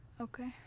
Okay